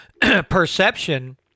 perception